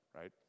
right